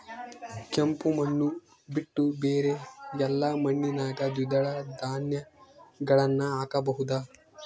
ಕೆಂಪು ಮಣ್ಣು ಬಿಟ್ಟು ಬೇರೆ ಎಲ್ಲಾ ಮಣ್ಣಿನಾಗ ದ್ವಿದಳ ಧಾನ್ಯಗಳನ್ನ ಹಾಕಬಹುದಾ?